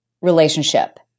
relationship